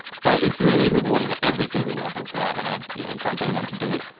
so it's really rewarding at every single level throughout and i'd you know encourage anyone to do it,